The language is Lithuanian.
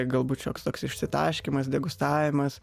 gal būt šioks toks išsitaškymas degustavimas